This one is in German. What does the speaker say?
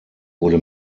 wurde